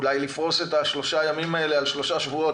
אולי לפרוס את שלושת הימים האלה על פני שלושה שבועות,